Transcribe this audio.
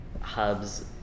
hubs